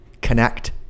connect